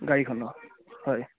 গাড়ীখনৰ হয়